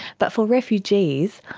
but for refugees,